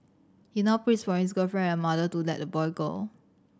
he ignored pleas from his girlfriend and her mother to let the boy go